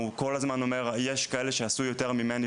הוא כל הזמן אומר 'יש כאלה שעשו יותר ממני',